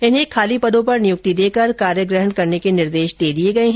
इन्हें खाली पदों पर नियुक्ति देकर कार्यग्रहण करने के निर्देश दिए हैं